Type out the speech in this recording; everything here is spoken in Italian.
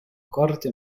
corte